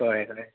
कळ्ळें कळ्ळें